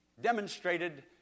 demonstrated